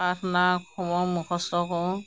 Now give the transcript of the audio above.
প্ৰাৰ্থনাসমূহ মুখস্থ কৰোঁ